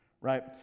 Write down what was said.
Right